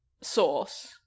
source